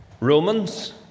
Romans